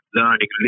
learning